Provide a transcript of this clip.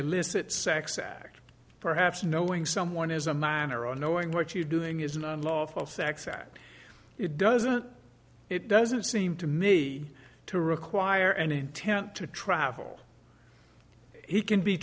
i listed sex act perhaps knowing someone as a minor or knowing what you're doing is an unlawful sex act it doesn't it doesn't seem to me to require an intent to travel he can be